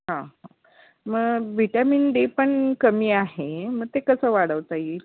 हां मग vitamin D पण कमी आहे मग ते कसं वाढवता येईल